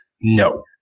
no